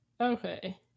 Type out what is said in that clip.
Okay